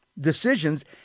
decisions